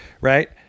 Right